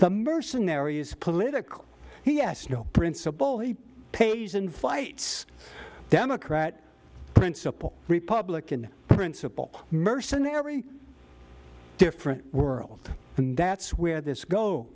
the mercenary is political he has no principle he pays and fights democrat principle republican principle mercenary different world and that's where this go